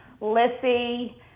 Lissy